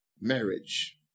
marriage